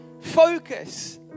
focus